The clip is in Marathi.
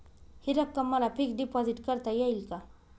हि रक्कम मला फिक्स डिपॉझिट करता येईल का?